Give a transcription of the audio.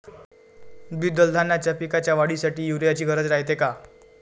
द्विदल धान्याच्या पिकाच्या वाढीसाठी यूरिया ची गरज रायते का?